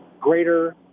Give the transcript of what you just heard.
greater